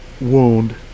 wound